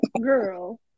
Girl